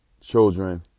children